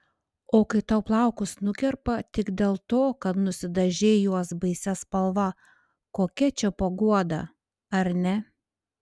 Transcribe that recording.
o kai tau plaukus nukerpa tik dėl to kad nusidažei juos baisia spalva kokia čia paguoda ar ne